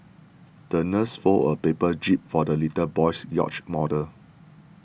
the nurse folded a paper jib for the little boy's yacht model